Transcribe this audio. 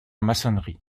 maçonnerie